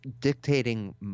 dictating